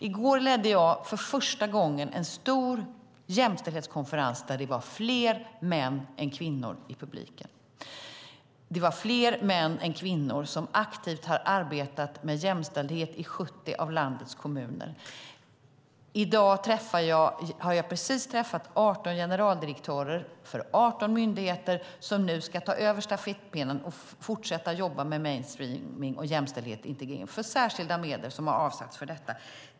I går ledde jag för första gången en stor jämställdhetskonferens där det var fler män än kvinnor i publiken. Det var fler män än kvinnor, som aktivt har arbetat med jämställdhet i 70 av landets kommuner. I dag har jag precis träffat 18 generaldirektörer för 18 myndigheter som nu ska ta över stafettpinnen och fortsätta jobba med mainstreaming, jämställdhet och integrering för särskilda medel som har avsatts för detta.